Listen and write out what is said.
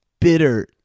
bitter